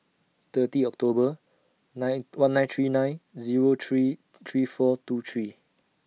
thirty October nine one nine three nine Zero three three four two three